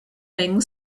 thing